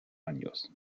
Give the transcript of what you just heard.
años